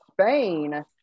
Spain